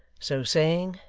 so saying,